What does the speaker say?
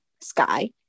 Sky